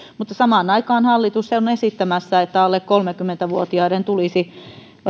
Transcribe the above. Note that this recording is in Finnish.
mutta samaan aikaan hallitus on esittämässä että alle kolmekymmentä vuotiaiden tulisi